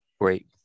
Great